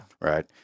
Right